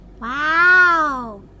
Wow